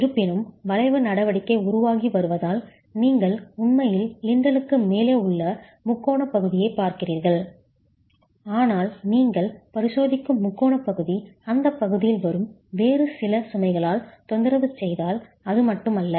இருப்பினும் வளைவு நடவடிக்கை உருவாகி வருவதால் நீங்கள் உண்மையில் லிண்டலுக்கு மேலே உள்ள முக்கோணப் பகுதியைப் பார்க்கிறீர்கள் ஆனால் நீங்கள் பரிசோதிக்கும் முக்கோணப் பகுதி அந்தப் பகுதியில் வரும் வேறு சில சுமைகளால் தொந்தரவு செய்தால் அது மட்டுமல்ல